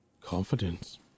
Confidence